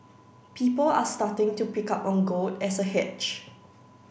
people are starting to pick up on gold as a hedge